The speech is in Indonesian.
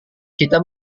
kita